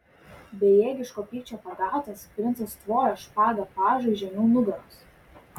bejėgiško pykčio pagautas princas tvojo špaga pažui žemiau nugaros